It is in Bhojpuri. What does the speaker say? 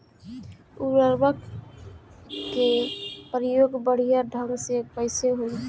उर्वरक क प्रयोग बढ़िया ढंग से कईसे होई?